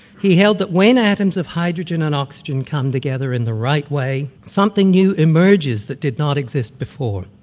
he held that when atoms of hydrogen and oxygen come together in the right way, something new emerges that did not exist before,